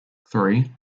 three